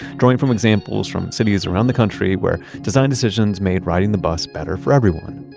drawing from examples from cities around the country where design decisions made riding the bus better for everyone.